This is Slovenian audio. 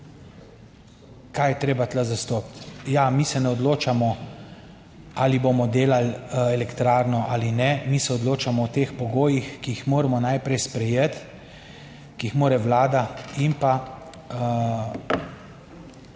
Kaj je treba tu zastopiti? Ja, mi se ne odločamo, ali bomo delali elektrarno ali ne. Mi se odločamo o teh pogojih, ki jih moramo najprej sprejeti, ki jih mora vlada in pa